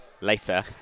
later